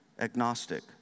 agnostic